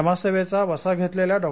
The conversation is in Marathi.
समाजसेवेचा वसा घेतलेल्या डॉ